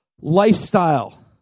lifestyle